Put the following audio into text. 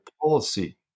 policy